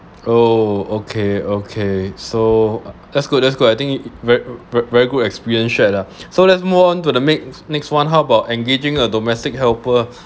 oh okay okay so that's good that's good I think very very very good experience shared lah so let's move on to the next next one how about engaging a domestic helper ah